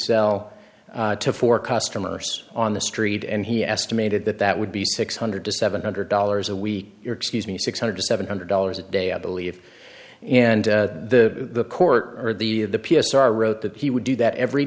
sell to four customers on the street and he estimated that that would be six hundred to seven hundred dollars a week or excuse me six hundred to seven hundred dollars a day i believe and the court or the the p s r wrote that he would do that every